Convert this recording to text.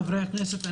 חברי הכנסת,